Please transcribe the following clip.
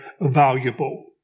valuable